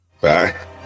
Bye